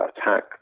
attack